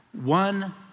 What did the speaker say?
one